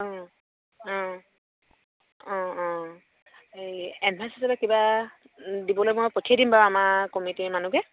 অঁ অঁ অঁ অঁ এই এডভাঞ্চ হিচাপে কিবা দিবলৈ মই পঠিয়াই দিম বাৰু আমাৰ কমিটিৰ মানুহকে